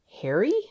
Harry